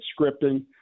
scripting